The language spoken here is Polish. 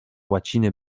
łaciny